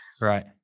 Right